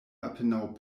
apenaŭ